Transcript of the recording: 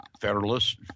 federalists